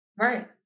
Right